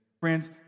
Friends